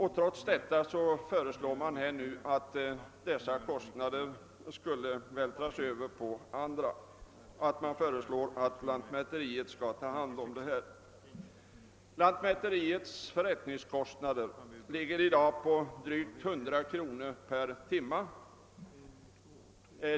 Men trots detta föreslår man nu att dessa kostnader skall vältras över på andra och att lantmäteriet skall vara huvudansvarigt. Lantmäteriets förrättningskostnader ligger nu på drygt 100 kronor i timmen.